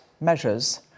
measures